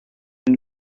une